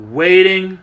waiting